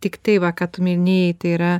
tik tai va ką tu minėjai tai yra